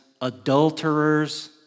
adulterers